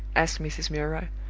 asked mrs. milroy.